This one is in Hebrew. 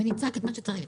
ונצעק את מה שצריך,